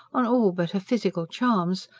on all but her physical charms,